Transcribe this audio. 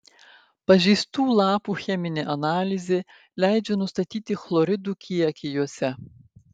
pažeistų lapų cheminė analizė leidžia nustatyti chloridų kiekį juose